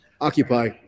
occupy